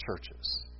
churches